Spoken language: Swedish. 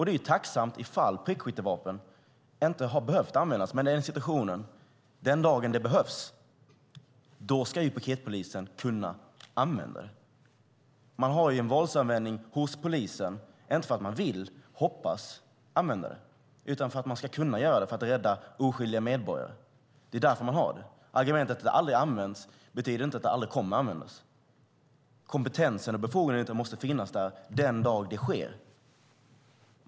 Det är tacksamt ifall prickskyttevapen inte har behövts användas. Men i den situationen och den dagen det behövs ska piketpolisen kunna använda det. Man har en våldsanvändning hos polisen inte för att man vill eller hoppas att kunna använda det utan för att man ska kunna göra det för att skydda oskyldiga medborgare. Det är därför man har det. Argumentet att det aldrig använts betyder inte att det aldrig kommer att användas. Kompetensen och befogenheten måste finnas där den dag det sker något.